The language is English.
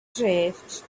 drift